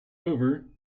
over